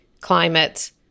climate